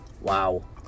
Wow